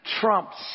trumps